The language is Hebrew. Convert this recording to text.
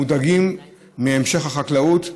מודאגים מהמשך החקלאות,